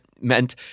meant